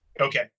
Okay